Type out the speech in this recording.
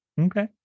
Okay